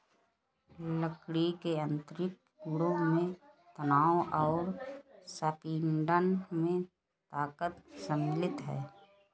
लकड़ी के यांत्रिक गुणों में तनाव और संपीड़न में ताकत शामिल है